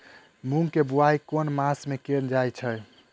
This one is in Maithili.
मूँग केँ बोवाई केँ मास मे कैल जाएँ छैय?